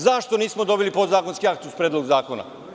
Zašto nismo dobili podzakonski akt uz Predlog zakona?